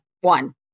One